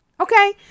Okay